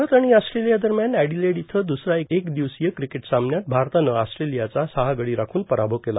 भारत आणि ऑस्ट्रेलिया दरम्यान एडिलेड इथं दुसरा एक दिवसीय क्रिकेट सामन्यात भारतानं ऑस्ट्रेलियाचा सहा गडी राखून पराभव केला